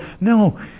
no